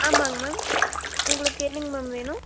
ஆமாங்க மேம் உங்களுக்கு என்னங்க மேம் வேணும்